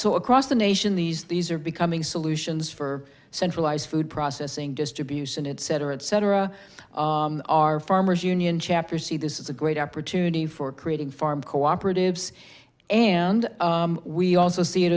so across the nation these these are becoming solutions for centralized food processing distribution it cetera et cetera our farmers union chapter see this is a great opportunity for creating farm cooperatives and we also see it